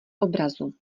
obrazu